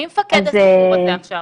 מי מפקד הסיפור הזה עכשיו?